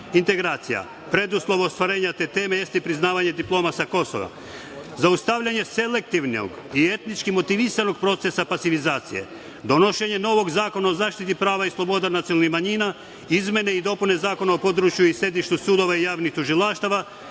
integracija. Preduslov ostvarenja te teme jeste priznavanje diploma sa Kosova, zaustavljanje selektivnog i etnički motivisanog procesa pasivizacije, donošenje novog Zakona o zaštiti prava i sloboda nacionalnih manjina, izmene i dopune Zakona o području i sedištu sudova i javnih tužilaštava,